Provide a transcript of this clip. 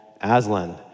Aslan